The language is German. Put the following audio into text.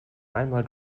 einmal